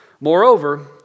Moreover